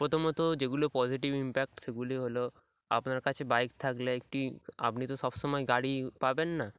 প্রথমত যেগুলো positive impact সেগুলি হলো আপনার কাছে বাইক থাকলে একটি আপনি তো সব সময় গাড়ি পাবেন না